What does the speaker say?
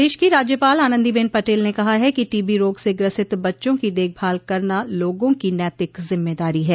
प्रदेश की राज्यपाल आनन्दीबेन पटेल ने कहा है कि टीबी रोग से ग्रसित बच्चों की देखभाल करना लोगों की नैतिक जिम्मेदारी है